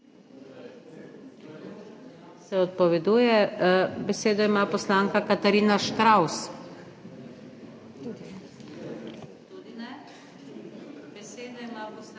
Se odpoveduje. Besedo ima poslanka Katarina Štravs.